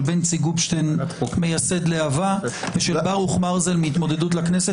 של בנצי גופשטיין מייסד להב"ה ושל ברוך מרזל מהתמודדות לכנסת.